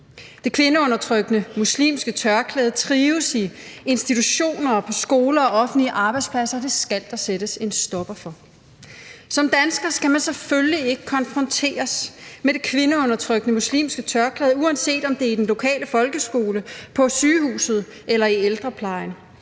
Det kvindeundertrykkende muslimske tørklæde trives i institutioner og på skoler og offentlige arbejdspladser, og det skal der sættes en stopper for. Som dansker skal man selvfølgelig ikke konfronteres med det kvindeundertrykkende muslimske tørklæde, uanset om det er i den lokale folkeskole, på sygehuset eller i ældreplejen.